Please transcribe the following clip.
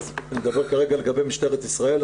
ואני מדבר כרגע לגבי משטרת ישראל,